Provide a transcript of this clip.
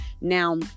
Now